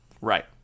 Right